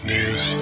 News